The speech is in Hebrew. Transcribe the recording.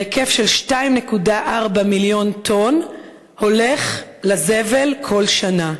בהיקף של 2.4 מיליון טונות, הולך לזבל כל שנה.